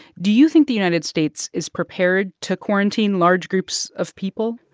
do you think the united states is prepared to quarantine large groups of people?